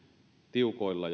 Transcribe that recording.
tiukoilla